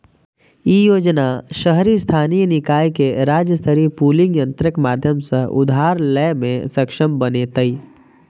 ई योजना शहरी स्थानीय निकाय कें राज्य स्तरीय पूलिंग तंत्रक माध्यम सं उधार लै मे सक्षम बनेतै